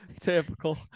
Typical